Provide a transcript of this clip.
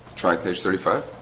try page thirty five